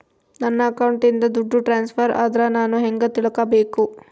ನನ್ನ ಅಕೌಂಟಿಂದ ದುಡ್ಡು ಟ್ರಾನ್ಸ್ಫರ್ ಆದ್ರ ನಾನು ಹೆಂಗ ತಿಳಕಬೇಕು?